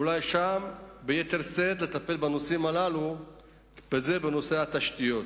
אולי שם לטפל ביתר שאת בנושא התשתיות.